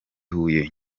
huye